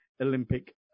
Olympic